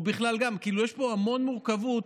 יש פה המון מורכבות.